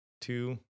two